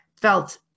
felt